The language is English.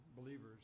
believers